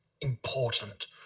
important